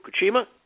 Fukushima